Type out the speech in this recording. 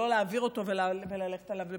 או לא להעביר אותו וללכת עליו לבחירות.